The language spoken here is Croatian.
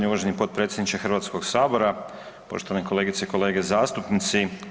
uvaženi potpredsjedniče Hrvatskog sabora, poštovane kolegice i kolege zastupnici.